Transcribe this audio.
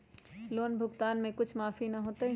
Loan भुगतान में कुछ माफी न होतई?